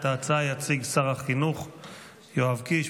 את ההצעה יציג שר החינוך יואב קיש,